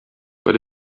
but